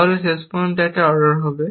তাহলে শেষ পর্যন্ত একটা অর্ডার হবে